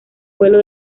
pueblo